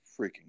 freaking